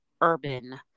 urban